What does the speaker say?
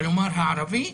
כלומר הערבי,